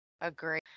Agree